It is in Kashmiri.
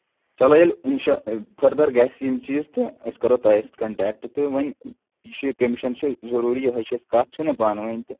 چلو ییٚلہِ اِنشاء فٔردَر گژھِ یِم چیٖز تہٕ أسۍ کرو تۄہہِ سۭتۍ کَنٹیکٹہٕ تہٕ وۄنۍ یہِ چھُ کٔمِشن چھُ ضروٗری یِہے چھِ اسہِ کَتھ پانہٕ ؤنۍ